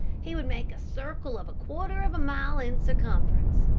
he would make a circle of a quarter of a mile in circumference.